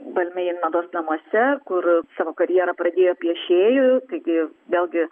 balmein mados namuose kur savo karjerą pradėjo piešėju taigi vėlgi